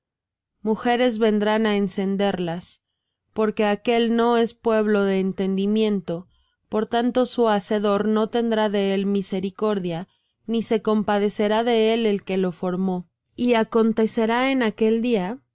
mujeres vendrán á encenderlas porque aquél no es pueblo de entendimiento por tanto su hacedor no tendrá de él misericordia ni se compadecerá de él el que lo formó y acontecerá en aquel día que